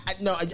No